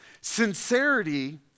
Sincerity